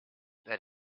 that